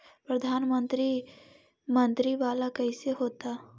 प्रधानमंत्री मंत्री वाला कैसे होता?